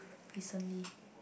recently